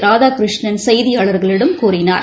ராதாகிருஷ்ணன் செய்தியாளர்களிடம் கூறினார்